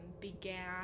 began